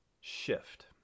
shift